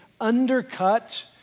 undercut